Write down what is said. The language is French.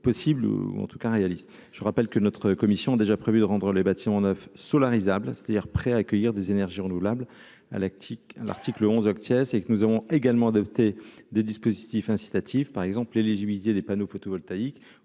possible ou en tout cas, réaliste, je rappelle que notre commission déjà prévu de rendre les bâtiments neufs Solar Isabela c'est-à-dire prêts à accueillir des énergies renouvelables ah lactique, l'article 11 oct et que nous avons également adopté des dispositifs incitatifs par exemple l'éligibilité des panneaux photovoltaïques